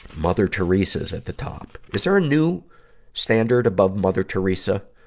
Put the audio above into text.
mother teresa's at the top. is there a new standard above mother teresa?